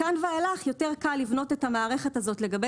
מכאן ואילך יותר קל לבנות את המערכת הזאת לגבי